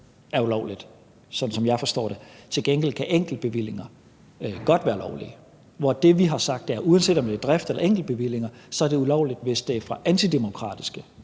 er ulovligt, sådan som jeg forstår det. Til gengæld kan enkeltbevillinger godt være lovlige, hvor det, vi har sagt, er, at uanset om det er drifts- eller enkeltbevillinger, er det ulovligt, hvis det er fra antidemokratiske